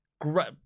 great